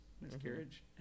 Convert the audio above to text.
miscarriage